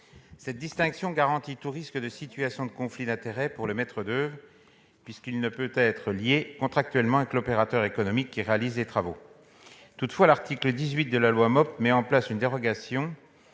Cette distinction garantit contre tout risque de situation de conflit d'intérêts pour le maître d'oeuvre, puisqu'il ne peut être lié contractuellement avec l'opérateur économique qui réalise les travaux. Toutefois, l'article 18 de la loi MOP met en place une dérogation